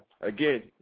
Again